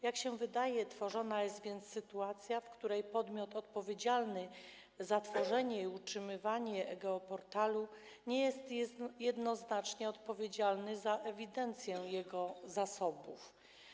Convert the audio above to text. Jak się wydaje, tworzona jest więc sytuacja, w której podmiot odpowiedzialny za tworzenie i utrzymywanie geoportalu nie jest jednoznacznie odpowiedzialny za ewidencję jego zasobów.